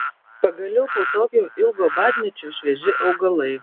pagaliau po tokio ilgo badmečio švieži augalai